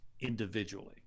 individually